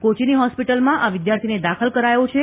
કોચીની હોસ્પીટલમાં આ વિદ્યાર્થીને દાખલ કરાયો છે